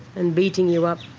and beating you up,